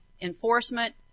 enforcement